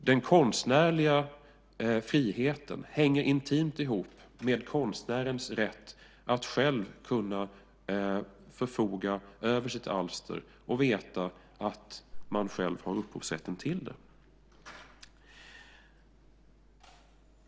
Den konstnärliga friheten hänger intimt ihop med konstnärens rätt att själv kunna förfoga över sitt alster och veta att man själv har upphovsrätten till det.